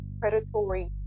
Predatory